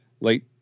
late